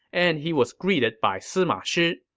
and he was greeted by sima shi.